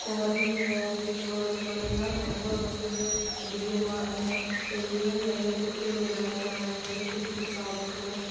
குரங்குங்க இதுங்களோட தொல்லையெலாம் ரொம்ப வந்து அதிகமாக இருக்கும் எதுவுமே விளைகிறதுக்கே விடாது அதுங்களே பிச்சு சாப்பிட்ரும்